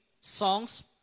songs